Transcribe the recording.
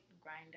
grinder